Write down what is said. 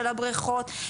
של הבריכות.